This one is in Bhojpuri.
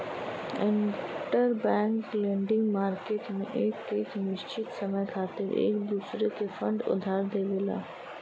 इंटरबैंक लेंडिंग मार्केट में बैंक एक निश्चित समय खातिर एक दूसरे के फंड उधार देवला